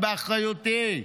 זה באחריותי.